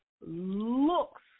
looks